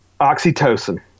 oxytocin